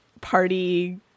party